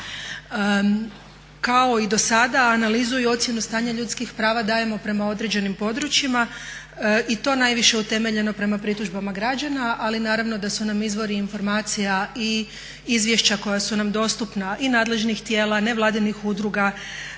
Kao i dosada analizu i ocjenu stanja ljudskih prava dajemo prema određenim područjima i to najviše utemeljeno prema pritužbama građana, ali naravno da su nam izvori informacija i izvješća koja su nam dostupna i nadležnih tijela, nevladinih udruga,